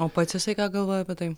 o pats jisai ką galvoja apie tai